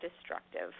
destructive